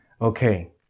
Okay